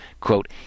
quote